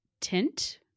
tint